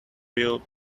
will